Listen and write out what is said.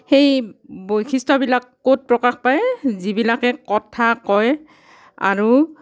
সেই বৈশিষ্ট্য়বিলাক ক'ত প্ৰকাশ পায় যিবিলাকে কথা কয় আৰু